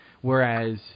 Whereas